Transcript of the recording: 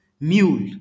mule